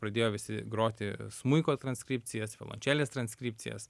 pradėjo visi groti smuiko transkripcijas violančelės transkripcijas